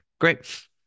great